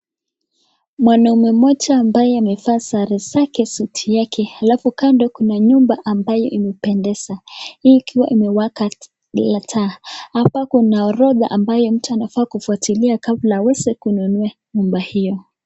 Mwanaume mmoja ambaye amevaa sare zake suti yake ,alafu kando kuna nyumba ambaye imependeza ,hii ikiwa imewaka lile taa .Hapa kuna orodhaa mtu anafaa kufwatilia kabla aweze kununua nyumba hiyo.